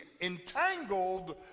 entangled